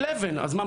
אז מה,